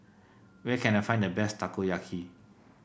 where can I find the best Takoyaki